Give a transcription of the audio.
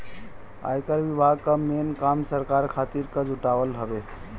आयकर विभाग कअ मेन काम सरकार खातिर कर जुटावल हवे